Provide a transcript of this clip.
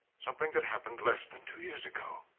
something that happened less than two years ago.